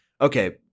Okay